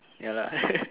ya lah